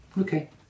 Okay